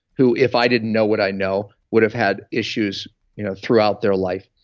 who if i didn't know what i know, would've had issues you know throughout their life.